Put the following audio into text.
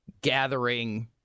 gathering